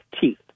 teeth